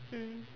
mm